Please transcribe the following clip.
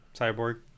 cyborg